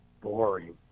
boring